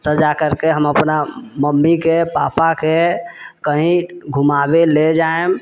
तऽ जाकरके हम अपना मम्मीके पापाके कही घुमाबे ले जाएम